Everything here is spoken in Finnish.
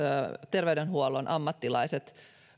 terveydenhuollon ammattilaiset